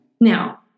Now